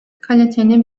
kaliteli